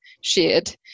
shared